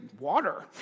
water